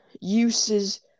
uses